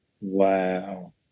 Wow